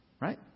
Right